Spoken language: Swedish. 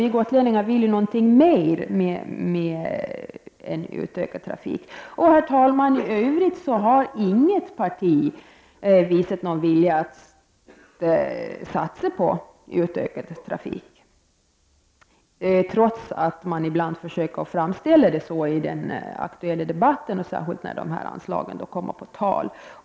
Vi gotlänningar vill något mer med en utökad trafik. I övrigt, herr talman, har inget parti visat någon större vilja att satsa på utökad trafik, trots att man ibland försöker framställa det så i den aktuella debatten särskilt när anslagen kommer på tal.